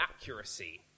accuracy